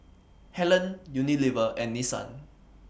Helen Unilever and Nissan